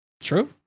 True